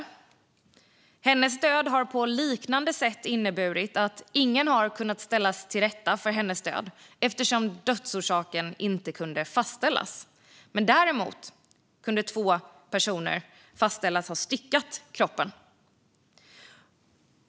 Vid hennes död kunde på liknande sätt ingen ställas inför rätta eftersom dödsorsaken inte kunde fastställas. Det kunde däremot fastställas att två personer styckat kroppen.